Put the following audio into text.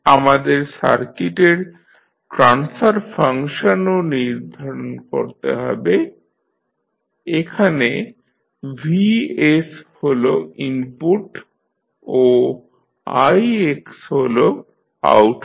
আমাদের সার্কিটের transfer function ও নির্ধারণ করতে হবে এখানে vs হল ইনপুট ও ix হল আউটপুট